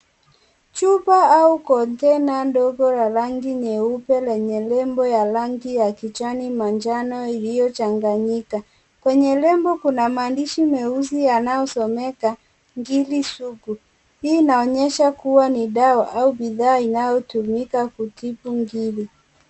Chupa au kontena ndogo la rangi nyeupe lenye lebo ya rangi ya kijani manjano iliyochanganyika. Kwenye lebo kuna maandishi meusi yanayosomeka Ngiti Sugu. Hii inaonyesha kuwa ni dawa au bidhaa inayotumika kutibu ngiri.